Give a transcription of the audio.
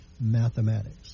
mathematics